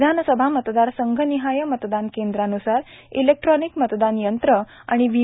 विधानसभा मतदार संघनिहाय मतदान केंद्रान्सार इलेक्ट्रानिक मतदान यंत्र आणि व्ही